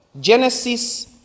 Genesis